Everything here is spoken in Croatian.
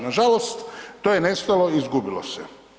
Nažalost, to je nestalo i izgubilo se.